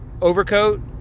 overcoat